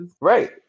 Right